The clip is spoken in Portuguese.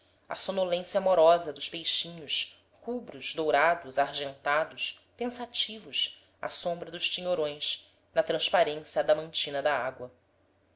a sonolência morosa dos peixinhos rubros dourados argentados pensativos à sombra dos tinhorões na transparência adamantina da água